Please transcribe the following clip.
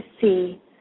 see